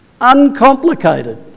uncomplicated